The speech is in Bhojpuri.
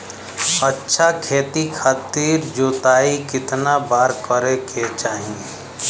अच्छा खेती खातिर जोताई कितना बार करे के चाही?